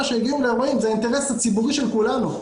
שהגיעו לאירועים שזה האינטרס הציבורי של כולנו.